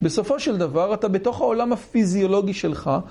בסופו של דבר, אתה בתוך העולם הפיזיולוגי שלך.